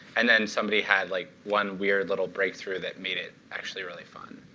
and then somebody had like one weird little breakthrough that made it actually really fun.